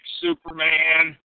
Superman